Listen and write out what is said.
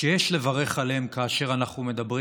שיש לברך עליהן, ואנחנו מדברים